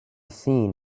seen